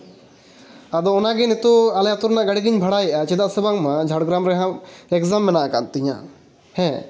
ᱟᱫᱚ ᱚᱱᱟᱜᱮ ᱱᱤᱛᱳᱜ ᱟᱞᱮ ᱟᱛᱳ ᱨᱮᱱᱟᱜ ᱜᱟᱲᱤ ᱜᱤᱧ ᱵᱷᱟᱲᱟᱭᱮᱜᱼᱟ ᱪᱮᱫᱟᱜ ᱥᱮ ᱵᱟᱝᱢᱟ ᱡᱷᱟᱲᱜᱨᱟᱢ ᱨᱮᱦᱟᱸᱜ ᱮᱠᱡᱟᱢᱢᱮᱱᱟᱜ ᱠᱟᱜ ᱛᱤᱱᱟᱹᱜ ᱠᱟᱜ ᱛᱤᱧᱟᱹ ᱦᱮᱸ